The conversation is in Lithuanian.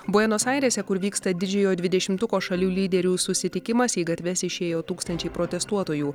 buenos airėse kur vyksta didžiojo dvidešimtuko šalių lyderių susitikimas į gatves išėjo tūkstančiai protestuotojų